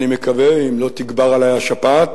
אני מקווה, אם לא תגבר עלי השפעת.